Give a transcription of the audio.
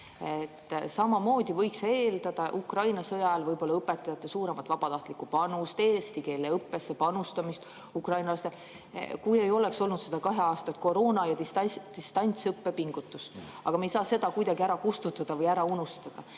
Samamoodi võiks eeldada Ukraina sõja ajal võib-olla õpetajate suuremat vabatahtlikku panust, eesti keele õppesse panustamist ukrainlastele, kui ei oleks olnud seda kaheaastast koroona tõttu distantsõppe pingutust. Aga me ei saa seda kuidagi ära kustutada või ära unustada.